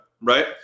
right